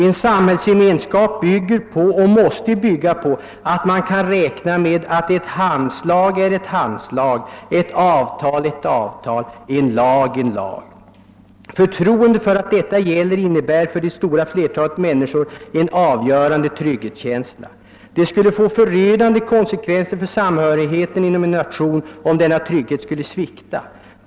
En samhällsgemenskap bygger på — och måste bygga på — att man kan räkna med att ett handslag är ett handslag, ett avtal ett avtal, en lag en lag. Förtroendet för att detta gäller innebär för det stora flertalet människor en avgörande trygghetskänsla. Det skulle få förödande konsekvenser för samhörigheten inom en nation om denna trygghet skulle svikta.